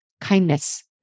kindness